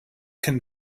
can